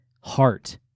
heart